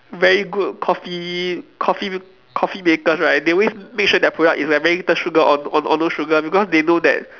very good coffee coffee coffee makers right they always make sure that their product is like very little sugar or or or no sugar because they know that